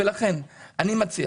אני לא חושב